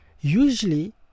Usually